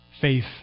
Faith